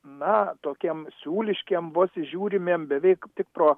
na tokiem siūliškiem vos įžiūrimiem beveik tik pro